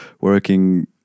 working